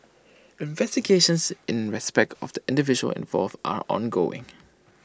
investigations in respect of the individuals involved are ongoing